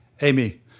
amy